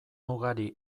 ugari